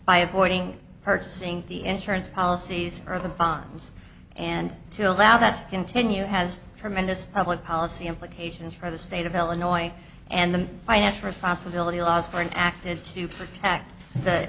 by avoiding purchasing the insurance policies or the bonds and to allow that continue has tremendous public policy implications for the state of illinois and the finance for fox ability allows for an active to protect the